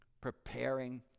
preparing